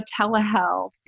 telehealth